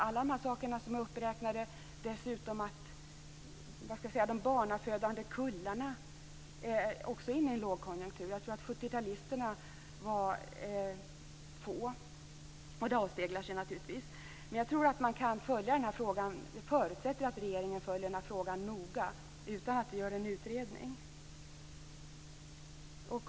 Jag tror att barnafödandekullarna är också inne i en långkonjunktur. Jag tror att 70 talisterna var få, och det avspeglar sig naturligtvis. Vi förutsätter att regeringen följer den här frågan noga utan att vi gör en utredning.